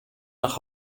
nach